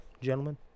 gentlemen